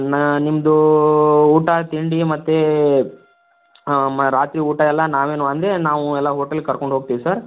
ನಾ ನಿಮ್ಮದು ಊಟ ತಿಂಡಿ ಮತ್ತು ಮ ರಾತ್ರಿ ಊಟ ಎಲ್ಲ ನಾವೇ ನೋ ಅಂದರೆ ನಾವು ಎಲ್ಲ ಹೋಟಲ್ಗೆ ಕರ್ಕೊಂಡೋಗ್ತೀವಿ ಸರ್